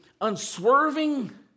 unswerving